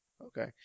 Okay